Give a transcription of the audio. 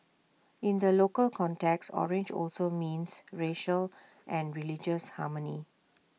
in the local context orange also means racial and religious harmony